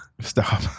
stop